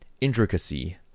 intricacy